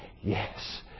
Yes